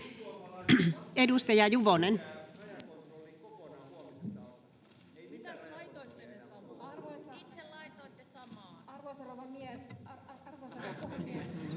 Edustaja Juvonen.